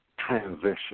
Transition